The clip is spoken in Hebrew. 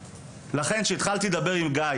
לכן כשהתחלתי לדבר עם גיא